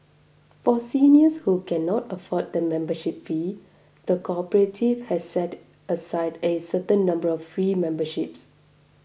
for seniors who cannot afford the membership fee the cooperative has set aside a certain number of free memberships